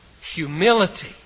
humility